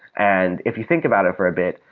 and if you think about it for a bit,